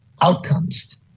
outcomes